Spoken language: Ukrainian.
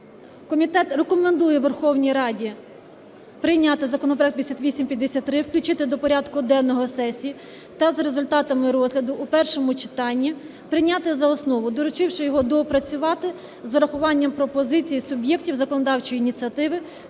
комітет рекомендує Верховній Раді прийняти законопроект 5853, включити до порядку денного сесії та за результатами розгляду у першому читанні прийняти за основу, доручивши його доопрацювати з урахуванням пропозицій суб'єктів законодавчої ініціативи